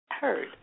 Heard